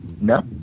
No